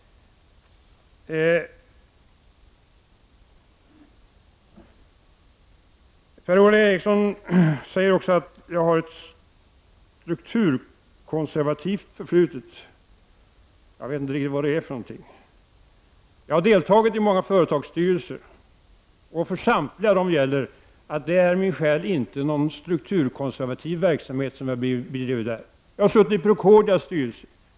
Per-Ola Eriksson säger att jag har ett strukturkonservativt förflutet. Jag vet inte riktigt vad det skulle vara. Jag har ingått i många företagsstyrelser, och inte i någon av dem har jag min själ bedrivit någon strukturkonservativ verksamhet. Jag har suttit med i Procordias styrelse.